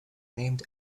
named